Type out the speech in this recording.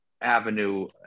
Avenue